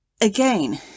again